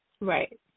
Right